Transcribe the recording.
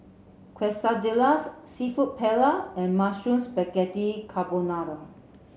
Quesadillas Seafood Paella and Mushroom Spaghetti Carbonara